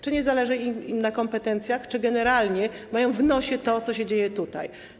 Czy nie zależy im na kompetencjach, czy generalnie mają w nosie to, co się dzieje tutaj?